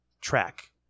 track